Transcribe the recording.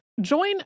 Join